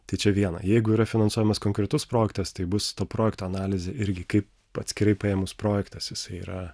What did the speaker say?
tai čia viena jeigu yra finansuojamas konkretus projektas tai bus to projekto analizė irgi kaip atskirai paėmus projektas jisai yra